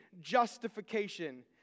justification